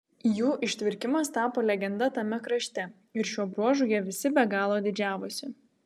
jų ištvirkimas tapo legenda tame krašte ir šiuo bruožu jie visi be galo didžiavosi